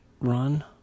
run